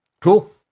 cool